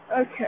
Okay